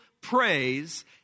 praise